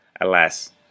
Alas